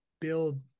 build